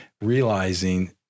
realizing